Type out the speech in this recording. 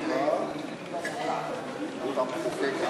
(שירות ללקוח) (תיקון מס' 19), התשע"ד 2014,